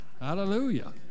Hallelujah